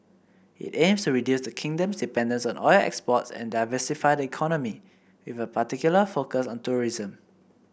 it aims to reduce the kingdom's dependence on oil exports and diversify the economy with a particular focus on tourism